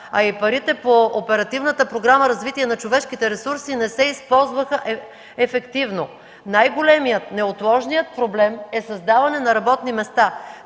ресурси”, не се използваха ефективно. Най-големият, неотложният проблем, е създаването на работни места.